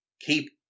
Keep